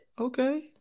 Okay